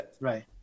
Right